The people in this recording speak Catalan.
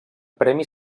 premi